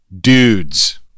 Dudes